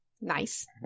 Nice